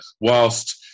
whilst